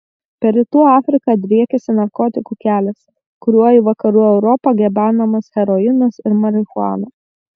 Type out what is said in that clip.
per rytų afriką driekiasi narkotikų kelias kuriuo į vakarų europą gabenamas heroinas ir marihuana